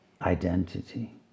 identity